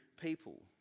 people